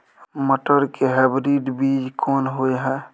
मटर के हाइब्रिड बीज कोन होय है?